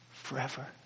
forever